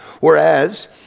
Whereas